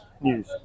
News